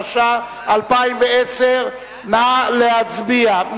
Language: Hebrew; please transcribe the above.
התש"ע 2010. נא להצביע.